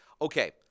okay